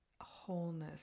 wholeness